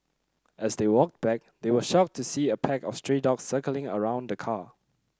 as they walked back they were shocked to see a pack of stray dogs circling around the car